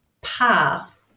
path